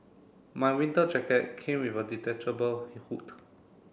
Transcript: my winter jacket came with a detachable hood